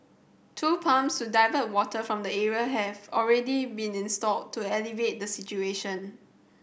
two pumps divert water from the area have already been installed to alleviate the situation